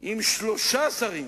עם שלושה שרים,